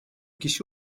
kişi